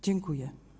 Dziękuję.